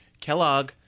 Kellogg